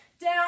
Down